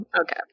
okay